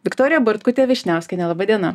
viktorija bartkutė vyšniauskienė laba diena